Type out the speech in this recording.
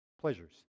pleasures